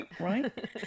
right